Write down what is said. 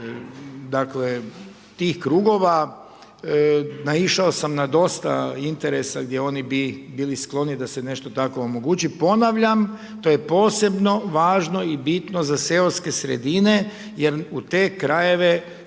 dakle, tih krugova, naišao sam na dosta interesa gdje oni bi bili skloni da se nešto tako omogući. Ponavljam, to je posebno važno i bitno za seoske sredine jer u te krajeve